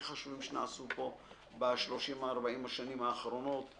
חשובים שנעשו פה ב-30 - 40 השנים האחרונות,